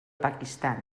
pakistan